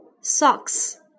socks